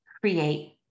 create